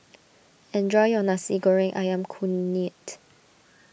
enjoy your Nasi Goreng Ayam Kunyit